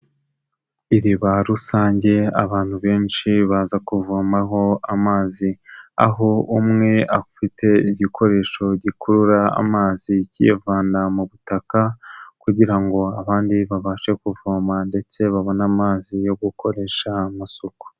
Iriba rusange abantu benshi baza kuvomaho amazi, aho umwe afite igikoresho gikurura amazi kiyavana mu butaka kugira ngo abandi babashe kuvoma ndetse babone amazi yo gukoresha amasuku.